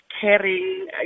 caring